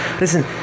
listen